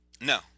No